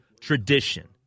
tradition